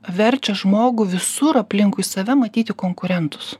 verčia žmogų visur aplinkui save matyti konkurentus